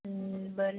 बर